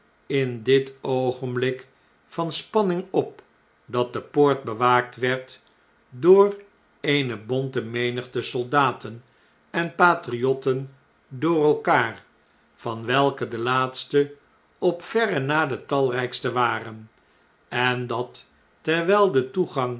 in dit oogenblik van spanning op dat de poort bewaakt werd door eene bonte menigte soldaten en patriotten door elkaar van welke de laatste op verre na de talrijkste waren en dat terwijl de toegang